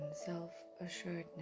self-assuredness